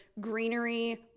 greenery